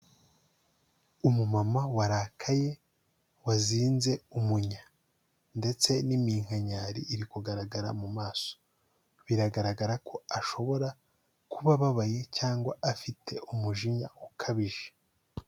Umumama warakaye, wazinze umunya ndetse n'iminkanyari iri kugaragara mu maso. Biragaragara ko ashobora kuba ababaye cyangwa afite umujinya ukabije.